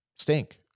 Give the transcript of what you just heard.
stink